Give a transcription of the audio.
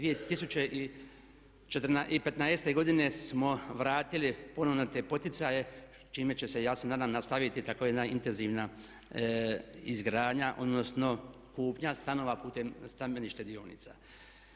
2015. godine smo vratili ponovno te poticaje s čime će se ja se nadam nastaviti tako jedna intenzivna izgradnja odnosno kupnja stanova putem stambenih štedionica.